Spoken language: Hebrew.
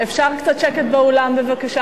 חבר הכנסת כהן, אפשר קצת שקט באולם בבקשה?